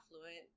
affluent